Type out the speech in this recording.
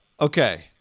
Okay